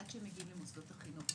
עד שהם מגיעים למוסדות החינוך.